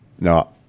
no